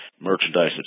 merchandise